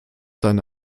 deine